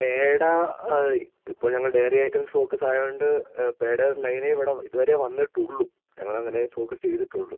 പേട ഇപ്പം ഞങ്ങൾ dairy items focus ആയതുകൊണ്ട് പേട ഒരു ലൈനേ ഇവിടെ ഇതുവരെ വന്നിട്ടുള്ളൂ ഞങ്ങൾ അങ്ങനെ ഫോക്കസ് ചെയ്തിട്ടുള്ളൂ